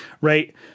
Right